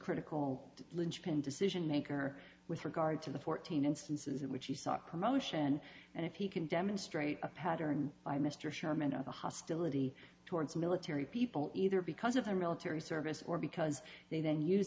critical lynchpin decision maker with regard to the fourteen instances in which he sought promotion and if he can demonstrate a pattern by mr sherman of the hostility towards military people either because of their military service or because they